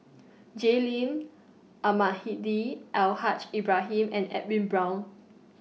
Jay Lim Almahdi Al Haj Ibrahim and Edwin Brown